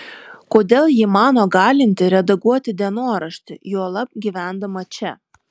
kodėl ji mano galinti redaguoti dienoraštį juolab gyvendama čia